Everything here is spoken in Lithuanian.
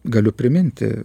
galiu priminti